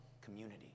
community